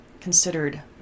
considered